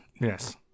Yes